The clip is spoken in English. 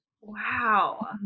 Wow